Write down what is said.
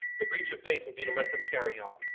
the breach of faith would be to let them carry on.